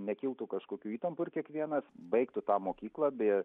nekiltų kažkokių įtampų ir kiekvienas baigtų tą mokyklą be